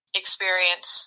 experience